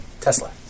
Tesla